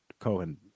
Cohen